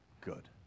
Good